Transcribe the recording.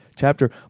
Chapter